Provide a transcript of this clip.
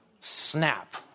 snap